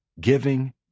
giving